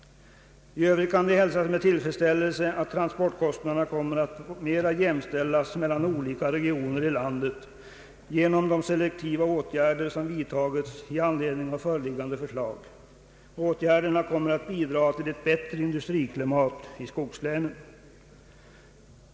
I övrigt kan det hälsas med tillfredsställelse att transportkostnaderna kommer att mera jämställas mellan olika regioner i landet genom de selektiva åtgärder som vidtages i anledning av föreliggande förslag. Åtgärderna kom mer att bidra till ett bättre industriklimat i skogslänen.